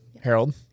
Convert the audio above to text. Harold